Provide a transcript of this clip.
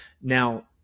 Now